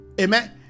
amen